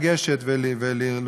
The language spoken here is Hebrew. ויוכל אדם לגשת ולרכוש.